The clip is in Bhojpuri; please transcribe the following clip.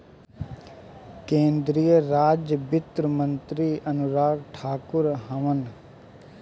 केंद्रीय राज वित्त मंत्री अनुराग ठाकुर हवन